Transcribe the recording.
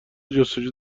جستجو